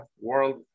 world